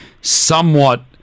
somewhat